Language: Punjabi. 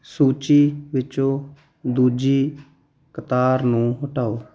ਸੂਚੀ ਵਿੱਚੋਂ ਦੂਜੀ ਕਤਾਰ ਨੂੰ ਹਟਾਓ